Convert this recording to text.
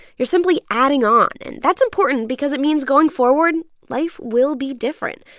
you're simply adding on. and that's important because it means, going forward, life will be different.